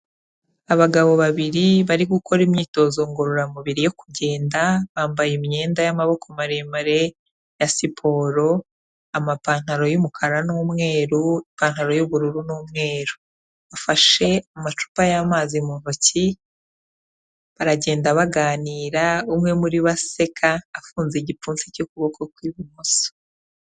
Abagabo babiri bari gukora imyitozo ngororamubiri yo kugenda bambaye imyenda y'amaboko maremare ya siporo, amapantaro y'umukara n'umweru, ipantaro y'ubururu n'umweru bafashe amacupa y'amazi mu ntoki baragenda baganira, umwe muri aseka afunze igipfunsi cy'ukuboko kw'ibumoso.